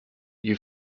you